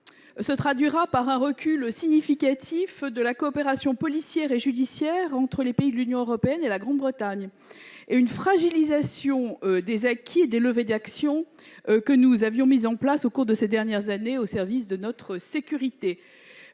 se traduira par un recul significatif de la coopération policière et judiciaire entre les pays de l'Union européenne et la Grande-Bretagne et par une fragilisation de l'acquis des leviers d'action que nous avions mis en place ces dernières années au service de notre sécurité.